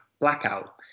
blackout